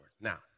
Now